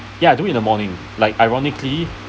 ya do it in the morning like ironically